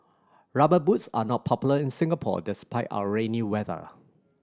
Rubber Boots are not popular in Singapore despite our rainy weather